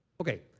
Okay